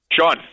Sean